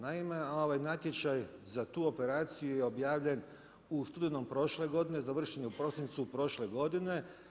Naime, natječaj za tu operaciju je objavljen u studenom prošle godine, završen je u prosincu prošle godine.